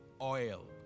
oil